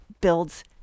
builds